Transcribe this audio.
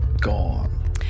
gone